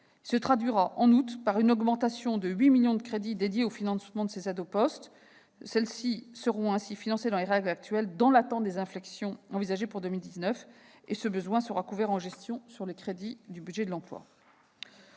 se traduira par une augmentation de 8 millions d'euros des crédits dédiés au financement de ces aides au poste. Celles-ci seront ainsi financées selon les règles actuelles, dans l'attente des inflexions envisagées pour 2019. Ce besoin sera couvert en gestion sur les crédits du budget de l'emploi.